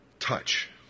touch